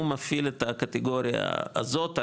הוא מפעיל את הקטגוריה הזתא,